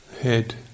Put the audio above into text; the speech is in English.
head